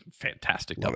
fantastic